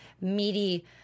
meaty